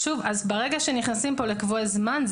ברגע שנכנסים כאן לקבועי זמן,